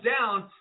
down